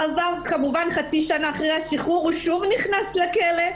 כמובן חצי שנה אחרי השחרור הוא שוב נכנס לכלא.